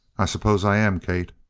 i suppose i am, kate.